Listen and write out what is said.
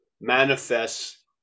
manifests